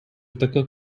така